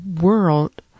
world